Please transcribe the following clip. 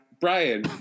Brian